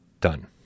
Done